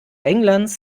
englands